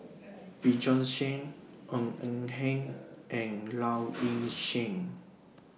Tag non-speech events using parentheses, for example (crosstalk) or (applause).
(noise) (noise) Bjorn Shen Ng Eng Hen and Low (noise) Ing Sing